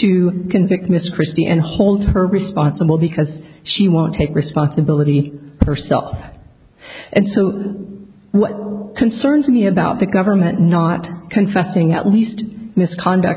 to convict mr christie and hold her responsible because she won't take responsibility herself and so what concerns me about the government not confessing at least misconduct